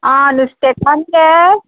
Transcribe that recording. आं नुस्तेकान गे